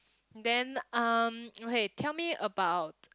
then um okay tell me about